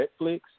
Netflix